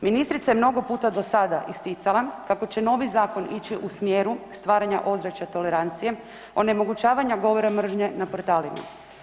Ministrica je mnogo puta do sada isticala kako će novi zakon ići u smjeru stvaranja ozračja tolerancije, onemogućavanja govora mržnje na portalima.